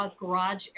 garage